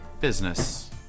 business